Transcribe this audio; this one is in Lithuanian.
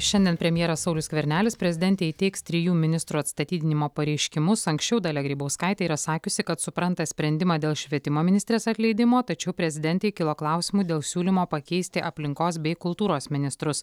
šiandien premjeras saulius skvernelis prezidentei įteiks trijų ministrų atstatydinimo pareiškimus anksčiau dalia grybauskaitė yra sakiusi kad supranta sprendimą dėl švietimo ministrės atleidimo tačiau prezidentei kilo klausimų dėl siūlymo pakeisti aplinkos bei kultūros ministrus